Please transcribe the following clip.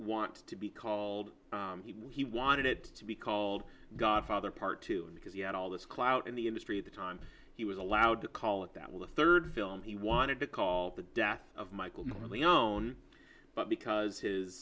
want to be called he wanted it to be called godfather part two because he had all this clout in the industry at the time he was allowed to call it that with the third film he wanted to call the death of michael corleone but because his